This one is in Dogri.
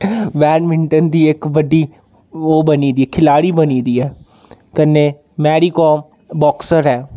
बैडमिंटन दी इक बड्डी ओह् बनी दी बड्डी खिलाड़ी बनी दी ऐ कन्नै मैरी काम बाक्सर ऐ